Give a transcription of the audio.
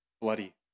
bloody